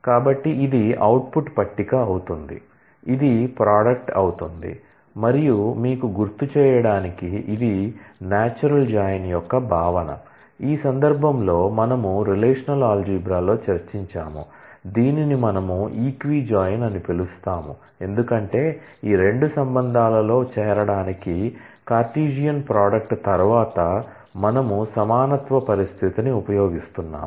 కాబట్టి ఇది అవుట్పుట్ పట్టిక అవుతుంది ఇది ప్రోడక్ట్ అవుతుంది మరియు మీకు గుర్తు చేయడానికి ఇది నాచురల్ జాయిన్ అని పిలుస్తాము ఎందుకంటే ఈ 2 రిలేషన్లో చేరడానికి కార్టెసియన్ ప్రోడక్ట్ తరువాత మనము సమానత్వ పరిస్థితిని ఉపయోగిస్తున్నాము